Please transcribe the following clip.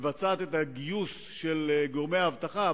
מבצעת את הגיוס של גורמי האבטחה.